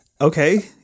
Okay